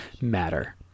matter